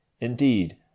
Indeed